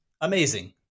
amazing